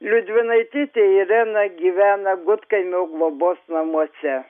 liudvinaitytė irena gyvena gudkaimio globos namuose